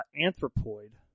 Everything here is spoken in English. Anthropoid